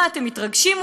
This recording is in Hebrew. מה אתם מתרגשים,